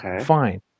fine